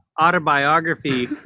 autobiography